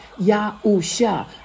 Yahusha